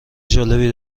جالبی